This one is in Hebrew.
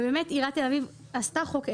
ובאמת עיריית תל אביב עשתה חוק עזר,